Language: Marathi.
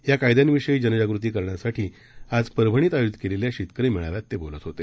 याकायद्यांविषयीजनजागृतीकरण्यासाठीआजपरभणीतआयोजितकेलेल्याशेतकरीमेळाव्यात तेबोलतहोते